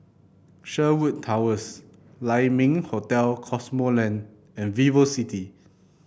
Sherwood Towers Lai Ming Hotel Cosmoland and VivoCity